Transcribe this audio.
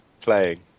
playing